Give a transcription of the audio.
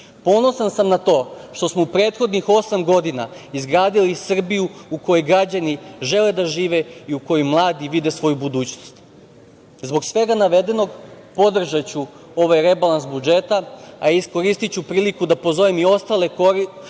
Ponosan sam na to što smo u prethodnih osam godina izgradili Srbiju u kojoj građani žele da žive i u kojoj mladi vide svoju budućnost. Zbog svega navedenog podržaću ovaj rebalans budžeta, a iskoristiću priliku da pozovem i ostale kolege,